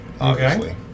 Okay